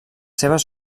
seves